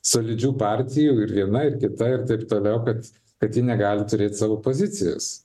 solidžių partijų ir viena ir kita ir taip toliau kad kad ji negali turėt savo pozicijos